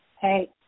Hey